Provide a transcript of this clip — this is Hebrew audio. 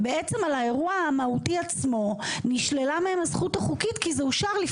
בעצם על האירוע המהותי עצמו נשללה מהם הזכות החוקית כי זה אושר,